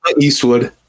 Eastwood